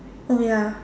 oh ya